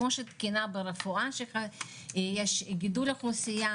כמו שתקינה ברפואה שיש גידול אוכלוסייה